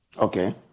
Okay